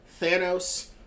thanos